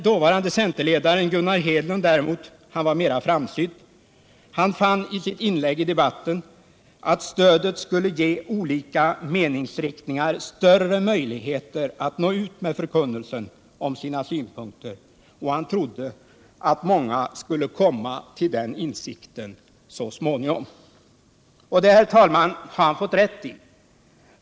Dåvarande centerledaren Gunnar Hedlund var däremot mera framsynt. Han anförde i sitt inlägg i debatten att stödet skulle komma att ge olika meningsinriktningar större möjligheter att nå ut med förkunnelsen om sina synpunkter och han trodde att många skulle komma till den insikten så småningom. Det sistnämnda, herr talman, har Gunnar Hedlund fått rätt i.